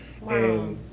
Wow